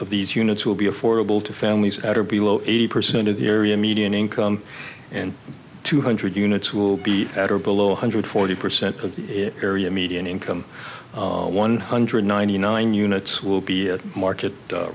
of these units will be affordable to families at or below eighty percent of the area median income and two hundred units will be at or below one hundred forty percent of the area median income one hundred ninety nine units will be a market